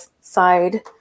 side